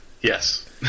Yes